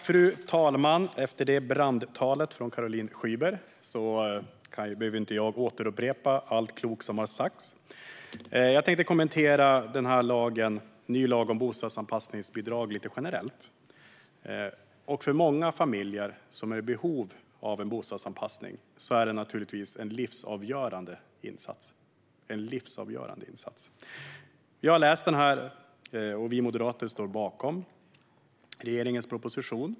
Fru talman! Efter det brandtalet från Caroline Szyber behöver inte jag upprepa allt klokt som har sagts. Jag tänkte kommentera den nya lagen om bostadsanpassningsbidrag lite generellt. För många familjer som är i behov av bostadsanpassning handlar det naturligtvis om en livsavgörande insats. Jag har läst regeringens proposition, och vi moderater står bakom den.